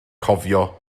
cofio